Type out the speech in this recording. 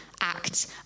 act